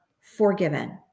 forgiven